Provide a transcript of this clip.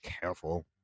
careful